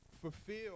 fulfill